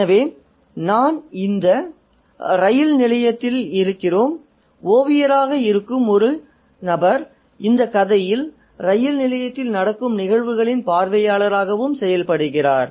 எனவே நாம் இந்த ரயில் நிலையத்தில் இருக்கிறோம் ஓவியராக இருக்கும் ஒருவர் இந்த கதையில் ரயில் நிலையத்தில் நடக்கும் நிகழ்வுகளின் பார்வையாளராக செயல்படுகிறார்